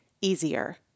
easier